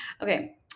Okay